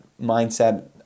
mindset